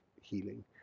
healing